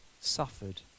suffered